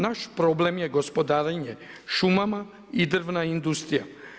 Naš problem je gospodarenje šumama i drvna industrija.